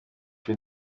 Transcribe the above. free